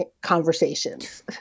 conversations